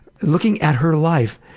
looking at her life,